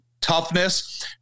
toughness